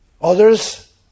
Others